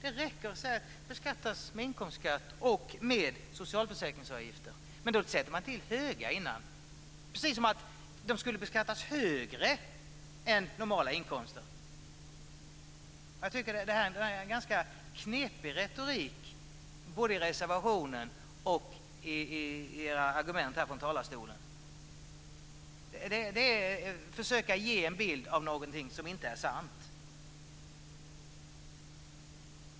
Det räcker att säga: beskattas med inkomstskatt och med socialförsäkringsavgifter. Men man sätter in ordet höga innan, precis som om de skulle beskattas högre än normala inkomster. Jag tycker att det är en ganska knepig retorik både i reservationen och i era argument från talarstolen. Det är att försöka ge en bild som inte är sann.